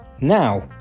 Now